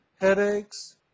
headaches